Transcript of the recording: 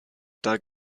doug